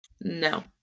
No